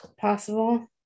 possible